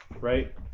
right